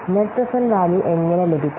net present value എങ്ങനെ ലഭിക്കും